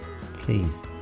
Please